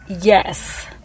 Yes